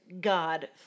God